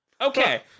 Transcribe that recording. Okay